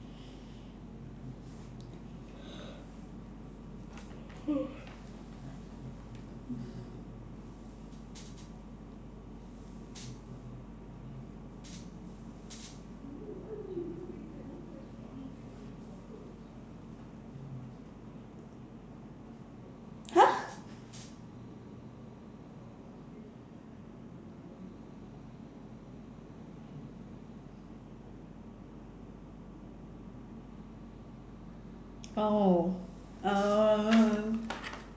!huh! oh uh